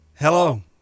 Hello